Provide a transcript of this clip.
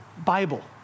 Bible